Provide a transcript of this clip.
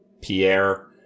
Pierre